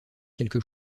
quelque